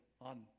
on